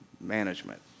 Management